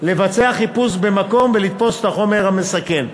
לבצע חיפוש במקום ולתפוס את החומר המסכן.